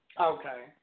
Okay